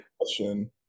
question